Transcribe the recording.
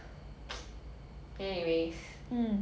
recommend